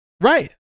Right